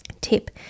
Tip